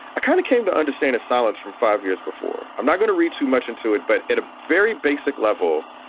i kind of came to understand a silence from five years before. i'm not going to read too much into it. but at a very basic level,